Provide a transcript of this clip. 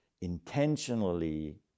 intentionally